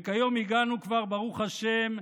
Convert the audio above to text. וכיום הגענו כבר, ברוך השם,